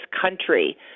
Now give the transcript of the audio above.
country